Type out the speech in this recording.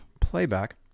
playback